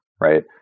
right